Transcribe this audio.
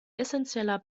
essenzieller